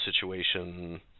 situation